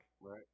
Right